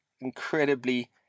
incredibly